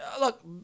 look